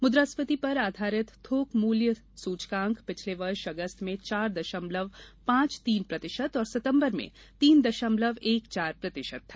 मुद्रास्फीति पर आधारित थोक मूल्य सूचकांक पिछले वर्ष अगस्त में चार दशमलव पांच तीन प्रतिशत और सितंबर में तीन दशमलव एक चार प्रतिशत था